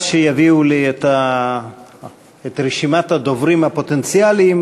עד שיביאו לי את רשימת הדוברים הפוטנציאליים